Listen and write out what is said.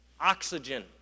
oxygen